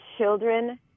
children